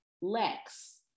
Lex